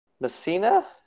Messina